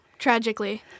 Tragically